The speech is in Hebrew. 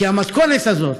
כי המתכונת הזאת,